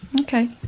Okay